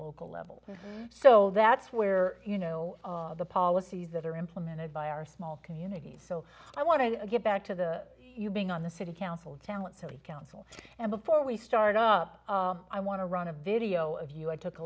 level so that's where you know the policies that are implemented by our small communities so i want to get back to the you being on the city council challenge to the council and before we start up i want to run a video of you i took a